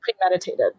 premeditated